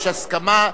יש הסכמה.